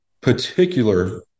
particular